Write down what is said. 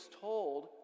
told